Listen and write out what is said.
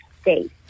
state